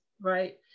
right